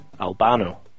Albano